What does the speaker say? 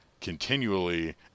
continually